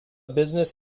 business